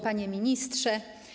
Panie Ministrze!